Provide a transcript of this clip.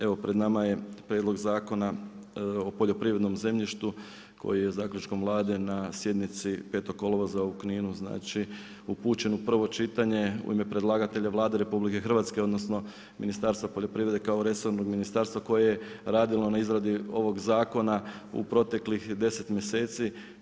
Evo pred nama je Prijedlog Zakona o poljoprivrednom zemljištu koji je zaključkom Vlade na sjednici 5. kolovoza u Kninu upućen u prvo čitanje u ime predlagatelja Vlade RH odnosno Ministarstva poljoprivrede kao resornog ministarstva koje je radilo na izradi ovog zakona u proteklih deset mjeseci.